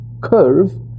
curve